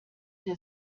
der